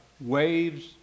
waves